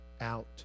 out